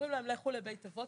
אומרים להם לכו לבתי אבות,